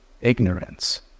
ignorance